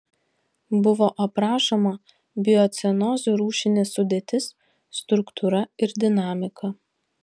buvo aprašoma biocenozių rūšinė sudėtis struktūra ir dinamika